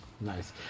Nice